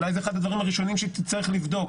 אולי זה אחד הדברים הראשונים שהיא תצטרך לבדוק